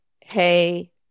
hey